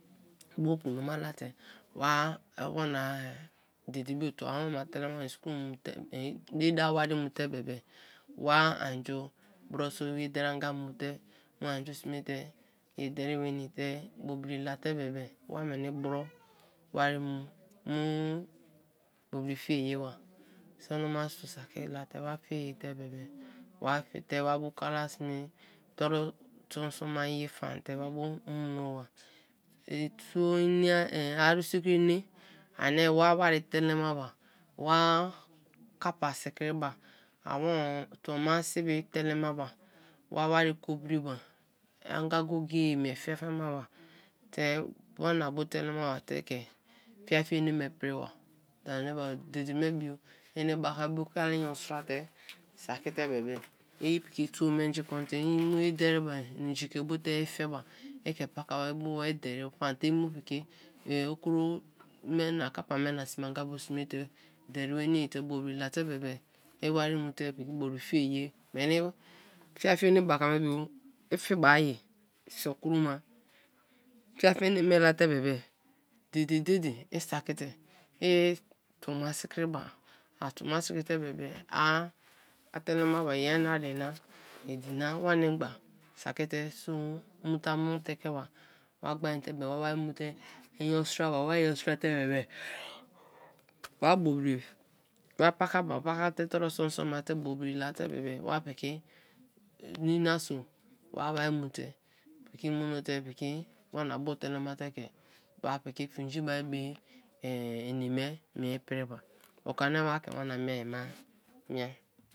Bo kon ma late wa de bio awoma telemate diri dawo wari mu te be be, wa an ju bro so ye deri anga mu te mu anju sme te ye deri nwenii to be bri la te be be wa meni bro wari mu mu bobri fie ye ba sonoma so saki late wa fie ye te be be wa fe te wa bo kala sme toru toonson ma ye ye fam te wa bo monoba; aru sikri ene ani wa wari telema ba, wa kappa sikri ba, tuo sibi telemaba wa wari kobri ba, anga go-go-e mie fiafia maba te wana bu telema ba te ke fiafia ene me priba dede me bio, ene baka i bu kala inyo sra te saki bebe, piki tuo menji konte, i mu ye deri bu, ini-nji ke bote ife ba i ke paka bo i bo wa i deri fom te i mu piki okro me na kappa me na bo sme te deri nwenii te bobri la te bebe iwari mute bobri fie ye weni fia fia enebaka-bo i fie bai so kroma, fia fia ene me la te be be, dede dede i saki i tuo ma sikri ba, i tuo ma sikri te bebe, a-a telemaba, yeri na ai na, idi na, wanimgba saki te so mu tamuno te ke ba, wa gbain te bebe wa wari mu te inyo sra ba wa inyo sra te bebe, wa bebri, wa paka ba, wa paka te toru son son ma te bobri la te bebe wa piki nine so wa wari mu te mu mono te piki wa na bu telema te ke, wa piki finji ma be ene me mei priba, oko ani wa ke wa na mieai ma mie.